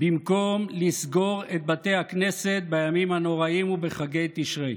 במקום לסגור את בתי הכנסת בימים הנוראים ובחגי תשרי,